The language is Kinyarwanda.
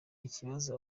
ikibazo